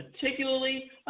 particularly